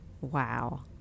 Wow